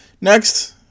Next